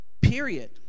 Period